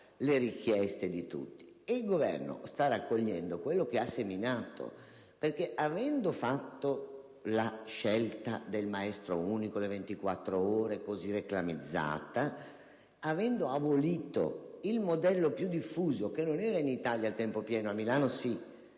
le richieste di tutti. E il Governo sta raccogliendo quello che ha seminato perché, avendo fatto la scelta del maestro unico e delle 24 ore, così reclamizzata, ed avendo abolito il modello più diffuso, che in Italia non era il tempo pieno (a Milano